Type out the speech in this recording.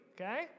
okay